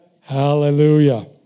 Hallelujah